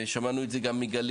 שמענו את זה גם מגלית,